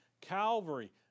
Calvary